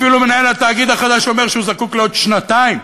אפילו מנהל התאגיד החדש אומר שהוא זקוק לעוד שנתיים.